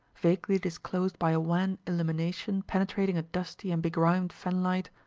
vaguely disclosed by a wan illumination penetrating a dusty and begrimed fan-light,